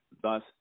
Thus